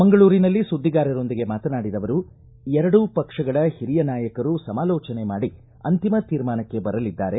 ಮಂಗಳೂರಿನಲ್ಲಿ ಸುದ್ದಿಗಾರರೊಂದಿಗೆ ಮಾತನಾಡಿದ ಅವರು ಎರಡೂ ಪಕ್ಷಗಳ ಹಿರಿಯ ನಾಯಕರು ಸಮಾಲೋಚನೆ ಮಾಡಿ ಅಂತಿಮ ತೀರ್ಮಾನಕ್ಕೆ ಬರಲಿದ್ದಾರೆ